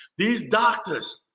these doctors,